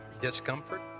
Discomfort